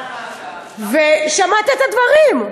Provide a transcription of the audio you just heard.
ושמעת את הדברים.